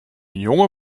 jonge